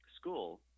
school